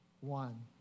one